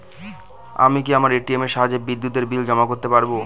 আমি কি আমার এ.টি.এম এর সাহায্যে বিদ্যুতের বিল জমা করতে পারব?